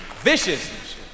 vicious